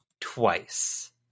Twice